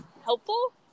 helpful